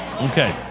Okay